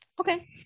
Okay